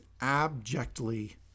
abjectly